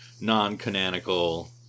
non-canonical